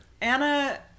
Anna